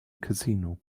casino